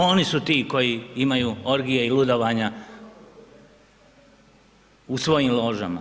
Oni su ti koji imaju orgije i ludovanja u svojim ložama.